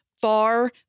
far